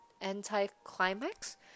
anti-climax